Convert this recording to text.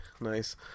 Nice